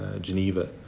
Geneva